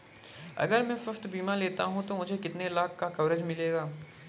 अगर मैं स्वास्थ्य बीमा लेता हूं तो मुझे कितने लाख का कवरेज मिलेगा?